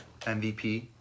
MVP